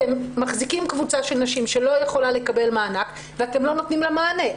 אתם מחזיקים קבוצה של נשים שלא יכולה לקבל מענק ואתם לא נותנים לה מענה,